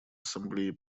ассамблее